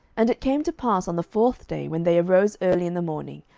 and it came to pass on the fourth day, when they arose early in the morning,